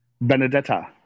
benedetta